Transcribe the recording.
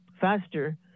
faster